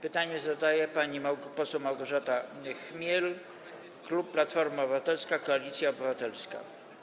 Pytanie zadaje pani poseł Małgorzata Chmiel, klub Platforma Obywatelska - Koalicja Obywatelska.